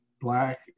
Black